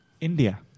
India